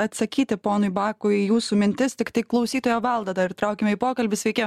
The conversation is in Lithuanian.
atsakyti ponui bakui į jūsų mintis tiktai klausytoją valdą dar įtraukiame į pokalbį sveiki